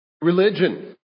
religion